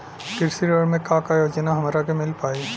कृषि ऋण मे का का योजना हमरा के मिल पाई?